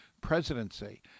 presidency